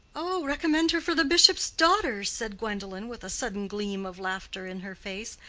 oh, recommend her for the bishop's daughters, said gwendolen, with a sudden gleam of laughter in her face.